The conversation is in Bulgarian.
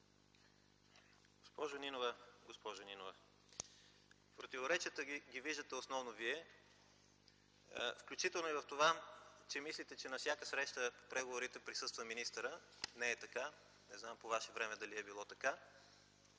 госпожо Нинова! Противоречията ги виждате основно Вие, включително и в това, че мислите, че на всяка среща на преговорите присъства министърът. Не е така. Не знам по Ваше време дали е било така.